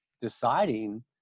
deciding